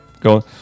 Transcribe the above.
go